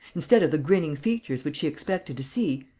instead of the grinning features which she expected to see,